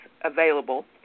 available